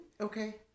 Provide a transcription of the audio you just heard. Okay